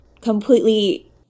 completely